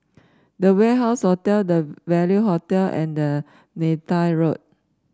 The Warehouse Hotel Value Hotel and Neythai Road